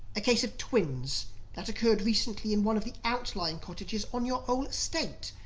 a case of twins that occurred recently in one of the outlying cottages on your own estate.